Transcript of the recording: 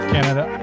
Canada